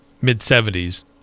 mid-70s